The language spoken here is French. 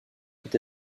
peut